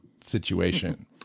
situation